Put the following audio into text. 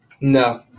no